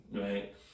Right